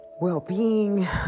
well-being